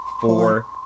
Four